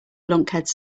lunkheads